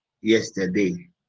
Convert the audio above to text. yesterday